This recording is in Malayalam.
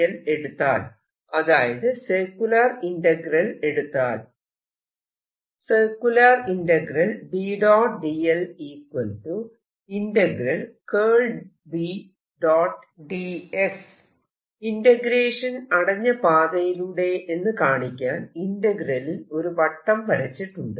dl എടുത്താൽ അതായത് സർക്യൂലർ ഇന്റഗ്രൽ എടുത്താൽ ഇന്റഗ്രേഷൻ അടഞ്ഞ പാതയിലൂടെ എന്ന് കാണിക്കാൻ ഇന്റെഗ്രേലിൽ ഒരു വട്ടം വരച്ചിട്ടുണ്ട്